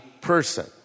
person